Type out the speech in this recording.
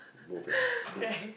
both lah